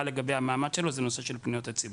לגבי המעמד שלו זה נושא של פניות הציבור.